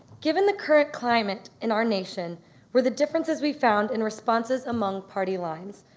given the current climate in our nation were the differences we found in responses among party lines.